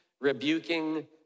rebuking